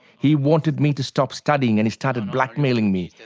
he wanted me to stop studying and he started blackmailing me,